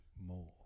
more